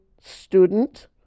student